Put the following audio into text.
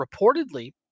reportedly